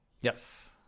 Yes